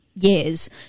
years